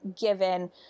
Given